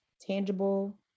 tangible